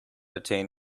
attain